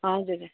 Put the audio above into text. हजुर